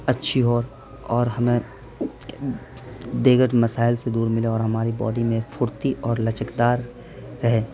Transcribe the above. اچھی ہو اور اور ہمیں دیگر مسائل سے دور ملے اور ہماری باڈی میں پھرتی اور لچکدار رہے